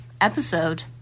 episode